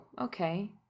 okay